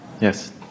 Yes